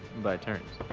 by turns.